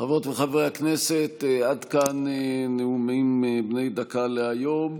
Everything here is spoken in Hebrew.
חברות וחברי הכנסת, עד כאן נאומים בני דקה להיום.